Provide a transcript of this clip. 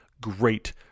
great